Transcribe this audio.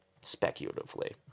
Speculatively